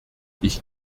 ich